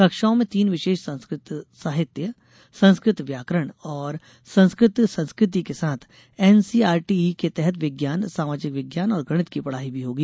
कक्षाओं में तीन विशेष संस्कृत साहित्य संस्कृत व्याकरण और संस्कृत संस्कृति के साथ एनसीआरटीआई के तहत विज्ञान सामाजिक विज्ञान और गणित की पढ़ाई भी होगी